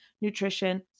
Nutrition